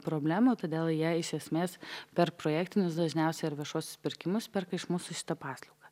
problemų todėl jie iš esmės per projektinius dažniausiai ar viešuosius pirkimus perka iš mūsų šitą paslaugą